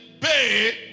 pay